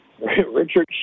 Richard